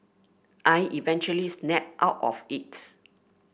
I eventually snapped out of it